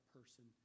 person